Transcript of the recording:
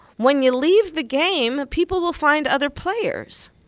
when you leave the game, people will find other players.